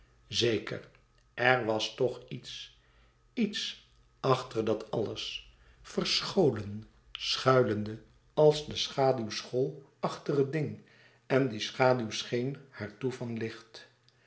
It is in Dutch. zeker er was toch iets iets achter dat alles verscholen schuilende als de schaduw louis couperus extaze een boek van geluk school achter het ding en die schaduw scheen haar toe